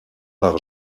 par